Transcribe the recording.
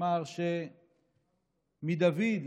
אמר שמדוד,